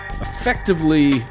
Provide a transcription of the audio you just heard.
Effectively